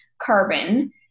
carbon